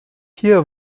hier